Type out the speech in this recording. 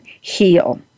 heal